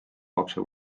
lapse